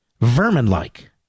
vermin-like